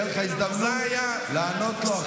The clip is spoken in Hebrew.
תהיה לך הזדמנות לענות לו אחד לאחד.